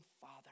father